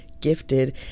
gifted